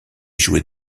jouait